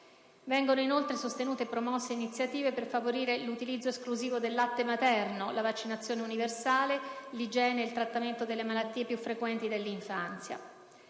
Vengono inoltre sostenute e promosse iniziative per favorire l'utilizzo esclusivo del latte materno, la vaccinazione universale, l'igiene e il trattamento delle malattie più frequenti nell'infanzia.